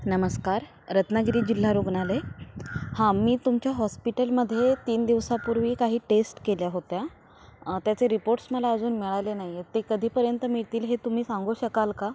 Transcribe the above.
नमस्कार रत्नागिरी जिल्हा रुग्णालय हां मी तुमच्या हॉस्पिटलमध्ये तीन दिवसापूर्वी काही टेस्ट केल्या होत्या त्याचे रिपोर्ट्स मला अजून मिळाले नाही आहेत ते कधीपर्यंत मिळतील हे तुम्ही सांगू शकाल का